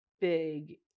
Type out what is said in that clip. big